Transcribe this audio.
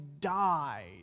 died